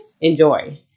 enjoy